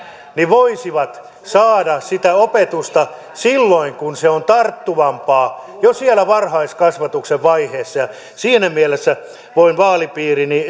voisivat saada sitä opetusta silloin kun se on tarttuvampaa jo siellä varhaiskasvatuksen vaiheessa siinä mielessä voin vaalipiirini